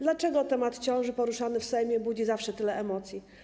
Dlaczego temat ciąży poruszany w Sejmie budzi zawsze tyle emocji?